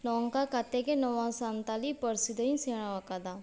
ᱱᱚᱝᱠᱟ ᱠᱟᱛᱮ ᱜᱮ ᱱᱚᱣᱟ ᱥᱟᱱᱛᱟᱲᱤ ᱯᱟᱹᱨᱥᱤ ᱫᱚᱧ ᱥᱮᱬᱟ ᱟᱠᱟᱫᱟ